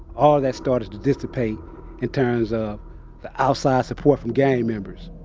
all that started to dissipate in terms of the outside support from gang members.